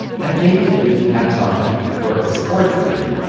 that may be a good pep talk for a sports team,